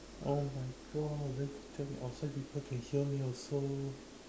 oh my god then don't tell me outside people can hear me also